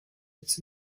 its